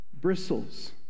bristles